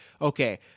okay